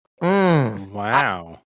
Wow